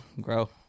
grow